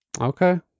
Okay